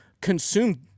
consumed